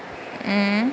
mmhmm